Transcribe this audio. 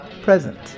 present